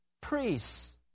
priests